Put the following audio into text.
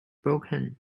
broken